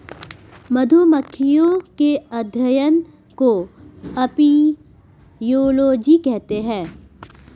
मधुमक्खियों के अध्ययन को अपियोलोजी कहते हैं